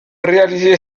réaliser